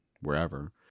wherever